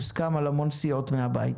זה אפילו מוסכם על המון סיעות הבית.